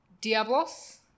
Diablos